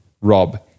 rob